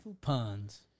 Puns